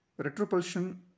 Retropulsion